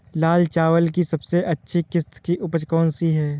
लाल चावल की सबसे अच्छी किश्त की उपज कौन सी है?